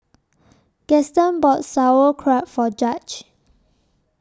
Gaston bought Sauerkraut For Judge